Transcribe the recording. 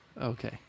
okay